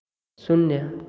शून्य